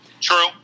true